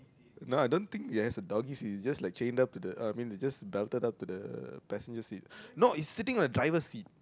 no I don't think it has a doggy seat it's just like chained up to the uh I mean it's just belted up to the passenger seat no it's sitting on the driver seat